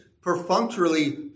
perfunctorily